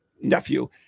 nephew